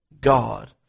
God